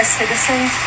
citizens